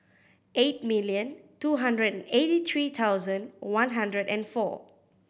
eight million two hundred and eighty three thousand one hundred and four